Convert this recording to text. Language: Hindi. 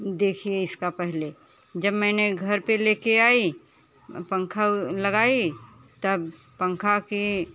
देखिए इसका पहले जब मैंने घर पे लेके आई पंखा लगाई तब पंखा की